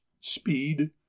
Speed